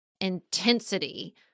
intensity